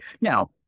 Now